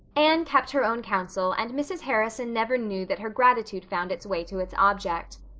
anne kept her own counsel and mrs. harrison never knew that her gratitude found its way to its object.